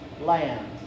land